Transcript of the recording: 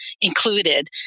included